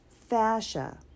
fascia